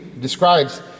describes